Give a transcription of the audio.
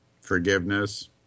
Forgiveness